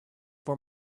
for